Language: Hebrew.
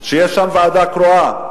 שיש שם ועדה קרואה?